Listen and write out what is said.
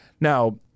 Now